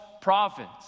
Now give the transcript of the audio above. prophets